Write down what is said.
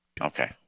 okay